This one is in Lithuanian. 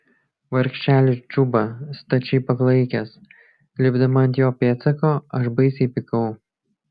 vargšelis džuba stačiai paklaikęs lipdama ant jo pėdsako aš baisiai pykau